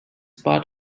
part